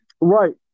Right